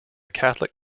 catholic